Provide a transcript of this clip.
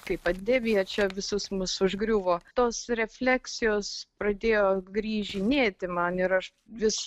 kai pandemija čia visus mus užgriuvo tos refleksijos pradėjo grįžinėti man ir aš vis